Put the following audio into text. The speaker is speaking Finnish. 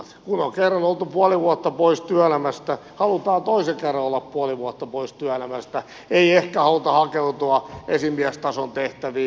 kun on kerran oltu puoli vuotta pois työelämästä halutaan toisen kerran olla puoli vuotta pois työelämästä ei ehkä haluta hakeutua esimiestason tehtäviin